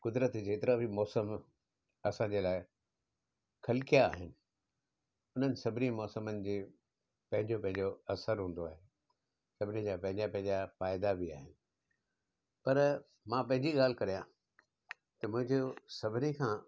क़ुदिरत जेतिरा बि मौसमु असांजे लाइ खलकिया आहिनि उन्हनि सभिनी मौसमनि जे पंहिंजो पंहिंजो असरु हूंदो आहे सभिनी जा पंहिंजा पंहिंजा फ़ाइदा बि आहिनि पर मां पंहिंजी ॻाल्हि करिया त मुंहिंजो सभिनी खां